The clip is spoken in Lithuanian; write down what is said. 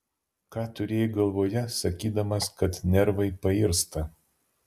ką turėjai galvoje sakydamas kad nervai pairsta